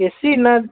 AC ନା